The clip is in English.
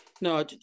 No